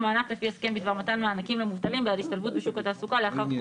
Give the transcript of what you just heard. ומענק לפי הסכם בדבר מתן מענקים למובטלים עד השתלבות בשוק התעסוקה לאחר